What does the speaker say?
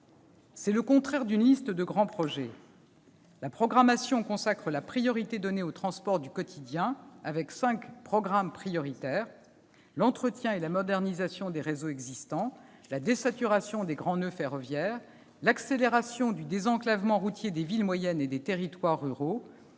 est le contraire d'une liste de grands projets. Elle consacre la priorité donnée aux transports du quotidien avec cinq grands programmes prioritaires : l'entretien et la modernisation des réseaux existants ; la désaturation des grands noeuds ferroviaires ; l'accélération du désenclavement routier des villes moyennes et des territoires ruraux